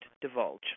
divulge